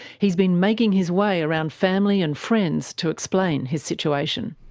he's been making his way around family and friends to explain his situation.